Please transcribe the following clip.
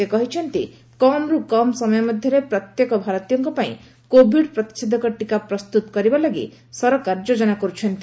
ସେ କହିଛନ୍ତି କମ୍ରୁ କମ୍ ସମୟ ମଧ୍ଧରେ ପ୍ରତ୍ୟେକ ଭାରତୀୟଙ୍କ ପାଇଁ କୋଭିଡ୍ ପ୍ରତିଷେଧକ ଟୀକା ପ୍ରସ୍ତୁତ କରିବା ଲାଗି ସରକାର ଯୋଜନା କର୍ତଛନ୍ତି